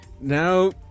now